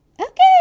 Okay